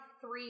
three